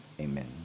amen